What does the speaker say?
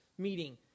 meeting